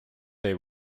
they